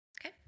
Okay